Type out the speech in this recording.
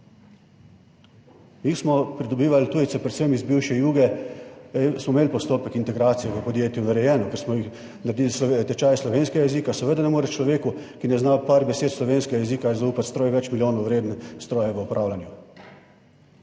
Mi smo pridobivali tujce predvsem iz bivše Juge, smo imeli postopek integracije v podjetju narejeno, ker smo jih naredili, tečaj slovenskega jezika seveda ne more človeku, ki ne zna par besed slovenskega jezika zaupati stroj, več milijonov vredne stroje v upravljanju.